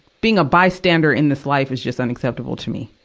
being a bystander in this life is just unacceptable to me.